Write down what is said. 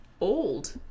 old